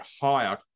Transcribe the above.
higher